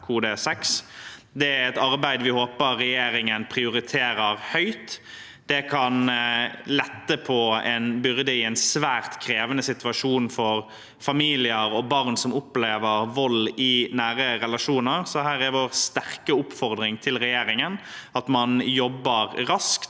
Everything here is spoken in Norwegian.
Dette er et arbeid vi håper regjeringen prioriterer høyt. Det kan lette på en byrde i en svært krevende situasjon for familier og barn som opplever vold i nære relasjoner. Så her er vår sterke oppfordring til regjeringen at man jobber raskt,